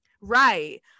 Right